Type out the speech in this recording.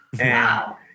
Wow